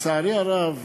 לצערי הרב,